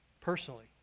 personally